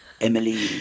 Emily